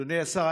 אדוני השר,